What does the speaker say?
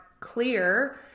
clear